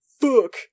Fuck